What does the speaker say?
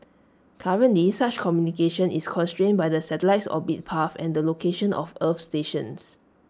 currently such communication is constrained by the satellite's orbit path and the location of earth stations